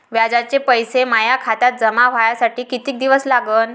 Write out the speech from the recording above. व्याजाचे पैसे माया खात्यात जमा व्हासाठी कितीक दिवस लागन?